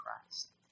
Christ